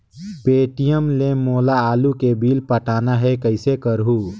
Paytm ले मोला आलू के बिल पटाना हे, कइसे करहुँ?